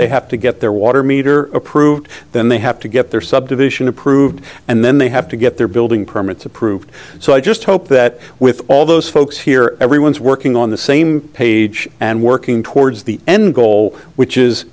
they have to get their water meter approved then they have to get their subdivision approved and then they have to get their building permits approved so i just hope that with all those folks here everyone's working on the same page and working towards the end goal which is